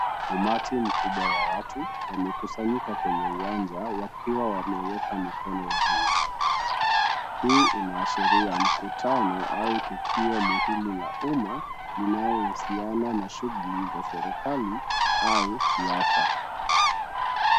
Umati mkubwa wa watu wamekusanyika kwenye uwanja wakiwa wameeka mikono juu. Hii inaashiria mkutano au tukio muhimu la umma linaohusiana na shughuli za serikali au siasa.